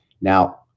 Now